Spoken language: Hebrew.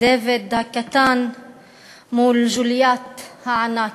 דוד הקטן מול גוליית הענק,